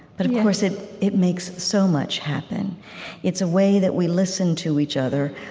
but of course, it it makes so much happen it's a way that we listen to each other